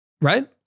Right